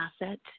asset